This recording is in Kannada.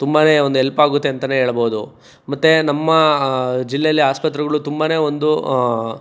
ತುಂಬನೇ ಒಂದು ಎಲ್ಪಾಗುತ್ತೆ ಅಂತಲೇ ಹೇಳ್ಬೋದು ಮತ್ತು ನಮ್ಮ ಜಿಲ್ಲೇಲಿ ಆಸ್ಪತ್ರೆಗಳು ತುಂಬನೇ ಒಂದು